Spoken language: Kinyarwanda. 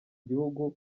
gihugu